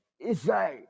Israel